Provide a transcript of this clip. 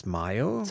Smile